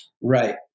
Right